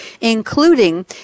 including